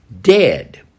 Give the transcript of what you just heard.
dead